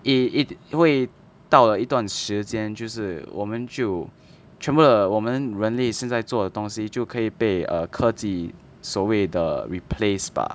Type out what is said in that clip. eh eh 会到了一段时间就是我们就全部的我们人类现在做的东西就可以被 err 科技所谓的 replaced bah